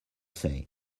say